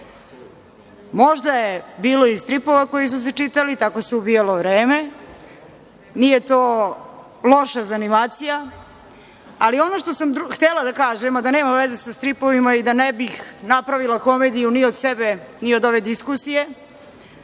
je bilo i stripova koji su se čitali, tako se ubijalo vreme, nije to loša zanimacija, ali ono što sam htela da kažem a da nema veze sa stripovima i da ne bih napravila komediju ni od sebe, ni od ove diskusije,